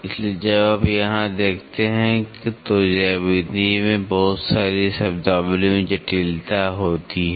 इसलिए जब आप यहां देखते हैं तो ज्यामिति में बहुत सारी शब्दावली में जटिलता होती है